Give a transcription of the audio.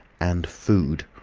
and food.